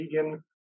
vegan